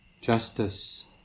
justice